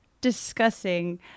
discussing